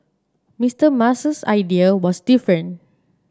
Mister Musk's idea was different